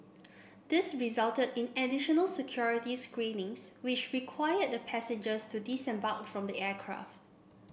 this resulted in additional security screenings which required the passengers to disembark from the aircraft